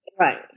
Right